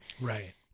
Right